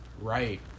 Right